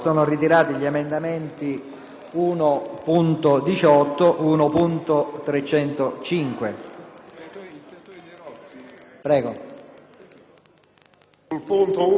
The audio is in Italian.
1.18 e 1.305